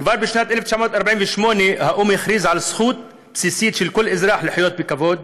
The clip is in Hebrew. כבר בשנת 1948 האו"ם הכריז על זכות בסיסית של כל אזרח לחיות בכבוד,